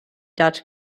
dutch